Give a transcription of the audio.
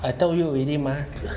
I told you already mah